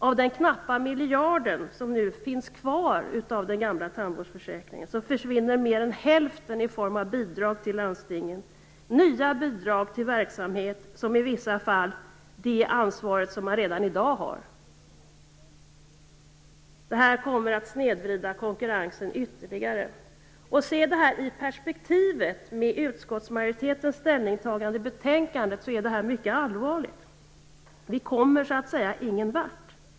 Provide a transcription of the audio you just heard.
Av den knappa miljard som nu finns kvar av den gamla tandvårdsförsäkringen försvinner mer än hälften i form av bidrag till landstingen, nya bidrag till verksamhet som i vissa fall är del av det ansvar som man redan i dag har. Det här kommer att snedvrida konkurrensen ytterligare. Ser man det utifrån utskottsmajoritetens ställningstagande i betänkandet är det mycket allvarligt. Vi kommer ingen vart.